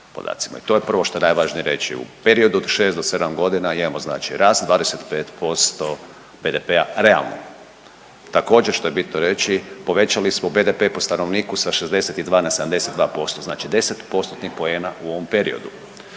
i to je prvo što je najvažnije reći. U periodu od 6 do 7 godina, imamo znači rast 25% BDP-a realno. Također, što je bitno reći, povećali smo BDP po stanovniku sa 62 na 72%, znači 10 postotnih poena u ovom periodu.